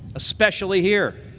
especially here.